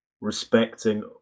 respecting